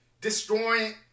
destroying